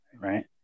right